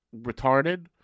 retarded